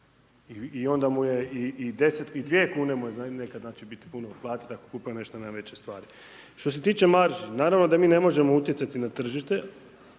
i onda mu je i 2 kune mu je nekada puno platit ako kupuje nešto na već stvari. Što se tiče marži naravno da mi ne možemo utjecati na tržište,